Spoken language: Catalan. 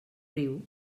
riu